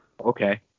Okay